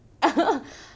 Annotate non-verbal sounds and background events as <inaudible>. <laughs>